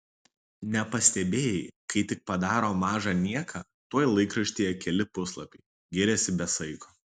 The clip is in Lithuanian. nepastebėjai kai tik padaro mažą nieką tuoj laikraštyje keli puslapiai giriasi be saiko